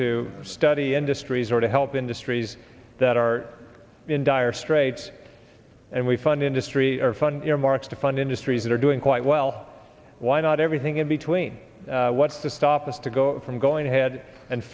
to study industries or to help industries that are in dire straits and we fund industry or fund earmarks to fund industries that are doing quite well why not everything in between what's to stop us to go from going ahead and